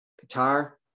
Guitar